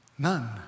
None